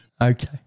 okay